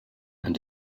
and